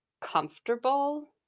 comfortable